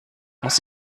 muss